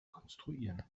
konstruieren